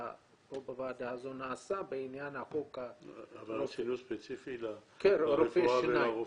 פה בוועדה נעשה --- אבל עשינו ספציפית לרפואה ולרופאים.